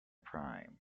prime